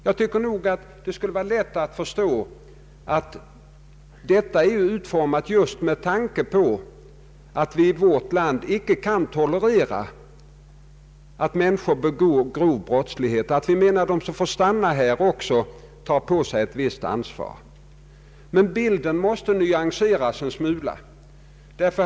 Jag tycker det borde vara lätt att förstå att bestämmelserna är utformade just med tanke på att vi i vårt land inte kan tolerera att krigsvägrarna begår grova brott. De som får stanna här måste också ta på sig ett visst ansvar. Men bilden som herr Häibinette tecknar måste nyanseras en smula.